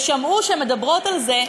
ושמעו שהן מדברות על זה,